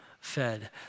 fed